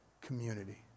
community